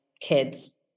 kids